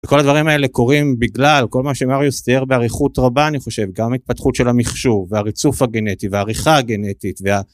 וכל הדברים האלה קורים בגלל כל מה שמריוס תיאר בעריכות רבה, אני חושב, גם התפתחות של המחשוב והריצוף הגנטי והעריכה הגנטית וה...